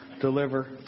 deliver